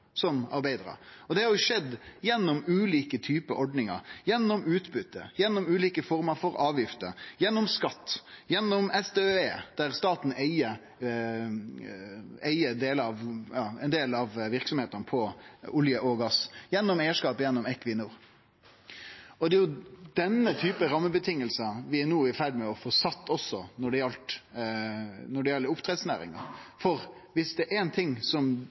som arbeidarar. Det har skjedd gjennom ulike typar ordningar, gjennom utbytte, gjennom ulike former for avgifter, gjennom skatt, gjennom SDØE, der staten eig ein del av verksemdene innan olje og gass, gjennom eigarskapen gjennom Equinor, og det er jo denne typen rammevilkår vi no er i ferd med å få setje også når det gjeld oppdrettsnæringa. Viss det er ein ting som